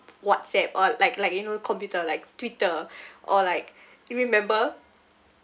WhatsApp or like like you know computer like Twitter or like you remember